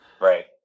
Right